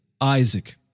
Isaac